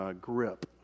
grip